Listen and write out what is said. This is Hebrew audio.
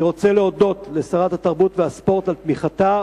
אני רוצה להודות לשרת התרבות והספורט על תמיכתה,